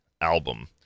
album